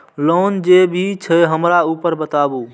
Loan जे भी छे हमरा ऊपर बताबू?